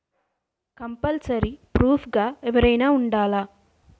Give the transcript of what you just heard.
Compulsory proof గా ఎవరైనా ఉండాలా?